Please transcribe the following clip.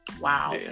Wow